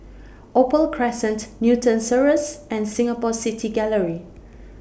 Opal Crescent Newton Cirus and Singapore City Gallery